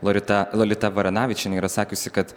lorita lolita varanavičienė yra sakiusi kad